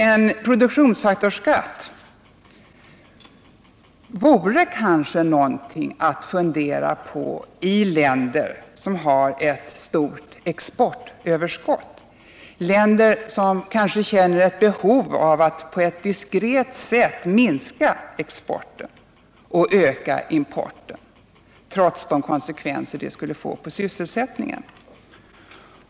En produktionsfaktorsskatt vore kanske något att fundera på i länder som har ett stort exportöverskott, länder som kanske känner ett behov av att på ett diskret sätt minska exporten och öka importen, trots de konsekvenser detta skulle få på sysselsättningen.